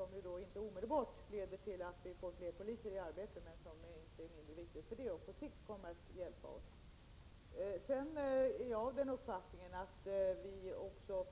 Detta leder inte omedelbart till att fler poliser sätts i arbete, men det kommer att innebära en viktig hjälp på sikt. Jag är av den uppfattningen att också